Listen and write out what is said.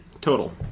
total